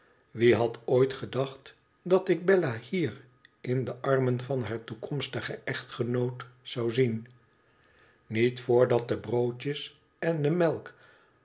wie had ooit gedacht dat ik bella hier in de armen van haar toekomstigen echtgenoot zou zien niet voordat de broodjes en de melk